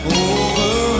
over